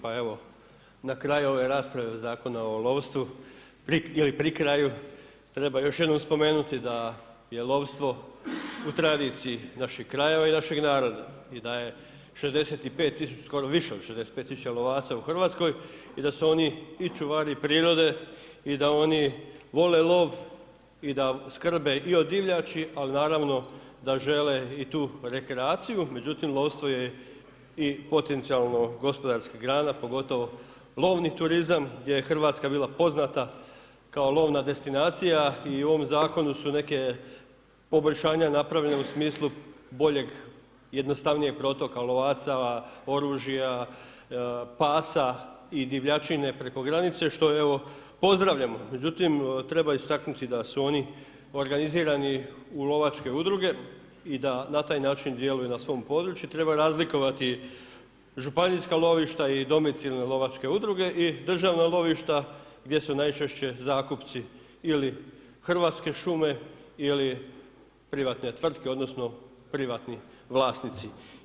Pa evo, na kraju ove rasprave Zakona o lovstvu ili pri kraju, treba još jednom spomenuti da je lovstvo u tradiciji naših krajeva i našeg naroda i da skoro više od 65 000 lovaca u Hrvatskoj i da su oni i čuvari prirode i da oni vole lov i da skrbe i o divljači ali naravno da žele i tu rekreaciju međutim lovstvo je i potencijalno gospodarska grana pogotovo lovni turizam gdje je Hrvatska bila poznata kao lovna destinacija i u ovom zakonu su neka poboljšanja napravljena u smislu boljeg, jednostavnijeg protoka lovaca oružja, pasa i divljači ne preko granice što evo, pozdravljam međutim treba istaknuti da su oni organizirani u lovačke udruge i da na taj način djeluju na svom području, treba razlikovati županijska lovišta i domicilne lovačke udruge i državna lovišta gdje su najčešće zakupci ili Hrvatske šume ili privatne tvrtke odnosni privatni vlasnici.